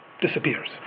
disappears